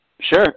Sure